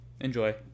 enjoy